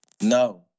No